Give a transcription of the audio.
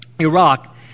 Iraq